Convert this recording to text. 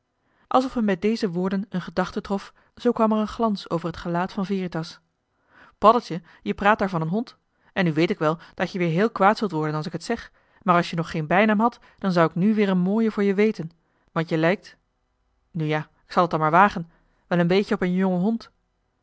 alsof hem bij deze woorden een gedachte trof zoo kwam er een glans over t gelaat van veritas paddeltje je praat daar van een hond en nu weet ik wel dat je weer heel kwaad zult worden als ik t zeg maar als je nog geen bijnaam had dan zou ik nu weer een mooien voor je weten want je joh h been paddeltje de scheepsjongen van michiel de ruijter lijkt nu ja k zal het dan maar wagen wel een beetje op een jongen hond